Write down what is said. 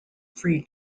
free